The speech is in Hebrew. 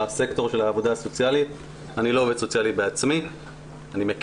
הסקטור של העבודה הסוציאלית אני לא עובד סוציאלי בעצמי,